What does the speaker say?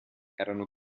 erano